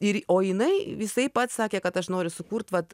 ir o jinai jisai pats sakė kad aš noriu sukurt vat